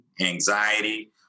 anxiety